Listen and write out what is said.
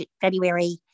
February